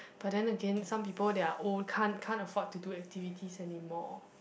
but then again some people they are old can't can't afford to do activities anymore